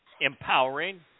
empowering